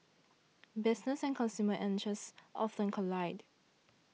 business and consumer interests often collide